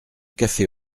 café